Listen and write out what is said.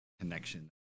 connection